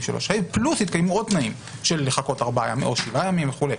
3ה פלוס יתקיימו עוד תנאים של לחכות 4 ימים 7 ימים וכולי.